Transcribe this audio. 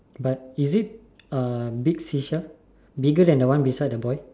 but is it uh big fisher bigger than the one beside the boy